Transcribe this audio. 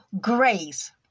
grace